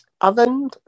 oven